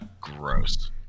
Gross